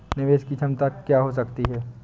निवेश की क्षमता क्या हो सकती है?